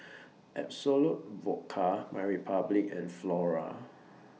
Absolut Vodka MyRepublic and Flora